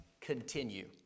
continue